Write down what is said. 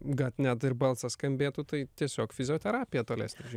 gad net ir balsas skambėtų tai tiesiog fizioterapija tolesnė